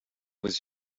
was